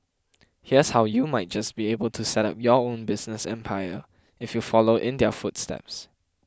here's how you might just be able to set up your own business empire if you follow in their footsteps